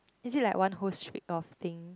is it like one whole street of thing